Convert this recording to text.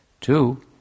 Two